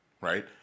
right